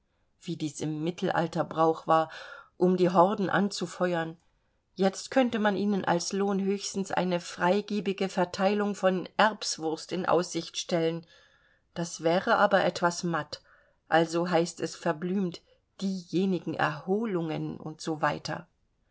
wie dies im mittelalter brauch war um die horden anzufeuern jetzt könnte man ihnen als lohn höchstens eine freigebige verteilung von erbswurst in aussicht stellen das wäre aber etwas matt also heißt es verblümt diejenigen erholungen und so weiter